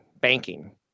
banking